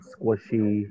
Squishy